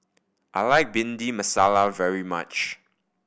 I like Bhindi Masala very much